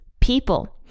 people